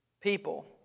people